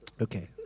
Okay